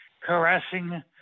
caressing